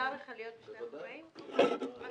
אני